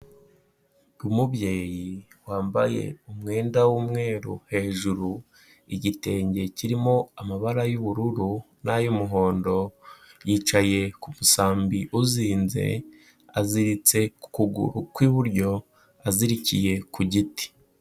Umubyeyi wambaye umwenda w'umweru hejuru, igitenge kirimo amabara y'ubururu n'ay'umuhondo, yicaye ku busambi uzinze aziritse ku kuguru kw'iburyo azirikiye ku giti.